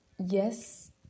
yes